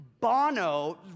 Bono